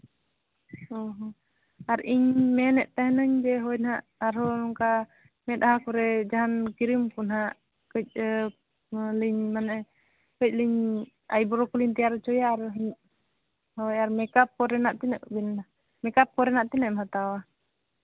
ᱦᱚᱸ ᱦᱚᱸ ᱟᱨ ᱤᱧ ᱢᱮᱱᱮᱫ ᱛᱟᱦᱮᱱᱟᱹᱧ ᱡᱮ ᱦᱳᱭ ᱱᱟᱦᱟᱸᱜ ᱟᱨᱦᱚᱸ ᱚᱱᱠᱟ ᱢᱮᱫᱦᱟ ᱠᱚᱨᱮᱫ ᱡᱟᱦᱟᱱ ᱠᱨᱤᱢ ᱡᱚ ᱦᱟᱸᱜ ᱠᱟᱹᱡ ᱟᱹᱞᱤᱧ ᱢᱟᱱᱮ ᱠᱟᱹᱡ ᱞᱤᱧ ᱟᱭᱵᱨᱳ ᱠᱚᱞᱤᱧ ᱛᱮᱭᱟᱨ ᱦᱚᱪᱚᱭᱟ ᱟᱨ ᱦᱳᱭ ᱟᱨ ᱢᱮᱠᱟᱯ ᱠᱚᱨᱮᱱᱟᱜ ᱛᱤᱱᱟᱹᱜ ᱵᱤᱱ ᱢᱮᱠᱟᱯ ᱠᱚᱨᱮᱱᱟᱜ ᱛᱤᱱᱟᱹᱜ ᱮᱢ ᱦᱟᱛᱟᱣᱟ